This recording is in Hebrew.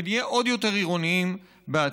ונהיה עוד יותר עירוניים בעתיד.